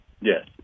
Yes